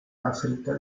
áfrica